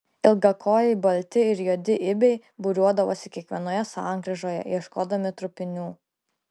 ilgakojai balti ir juodi ibiai būriuodavosi kiekvienoje sankryžoje ieškodami trupinių